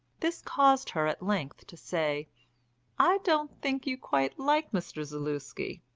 this caused her at length to say i don't think you quite like mr. zaluski.